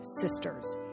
sisters